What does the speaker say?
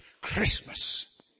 Christmas